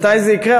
מתי זה יקרה?